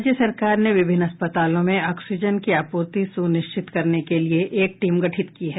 राज्य सरकार ने विभिन्न अस्पतालों में ऑक्सीजन की आपूर्ति सुनिश्चित करने के लिए एक टीम गठित की है